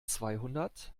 zweihundert